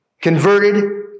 converted